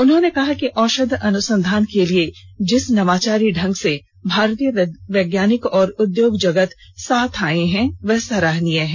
उन्होंने कहा कि औषध अनुसंधान के लिए जिस नवाचारी ढंग से भारतीय वैज्ञानिक और उद्योग जगत साथ आये हैं वह सराहनीय है